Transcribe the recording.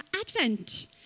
Advent